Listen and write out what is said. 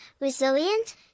resilient